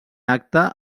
acte